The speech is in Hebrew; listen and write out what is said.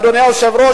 אדוני היושב-ראש,